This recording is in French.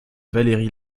valery